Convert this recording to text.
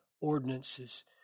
ordinances